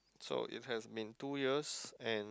so it has been two years and